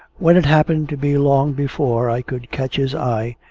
when it happened to be long before i could catch his eye,